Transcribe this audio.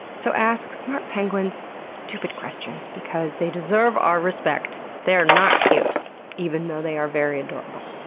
so ask smart penguins stupid questions because they deserve our respect. they are not cute even though they are very adorable.